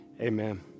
Amen